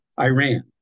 Iran